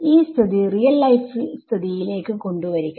ഈ സ്ഥിതി real life സ്ഥിതി യിലേക്ക് കൊണ്ട് വരിക